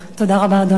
תודה רבה, אדוני.